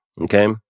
okay